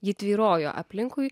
ji tvyrojo aplinkui